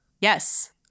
Yes